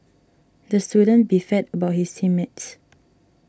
the student beefed about his team mates